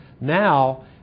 Now